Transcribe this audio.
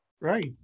Right